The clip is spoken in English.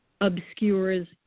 obscures